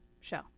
Show